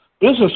business